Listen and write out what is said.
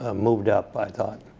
ah moved up, i thought.